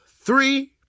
three